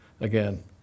again